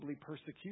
persecution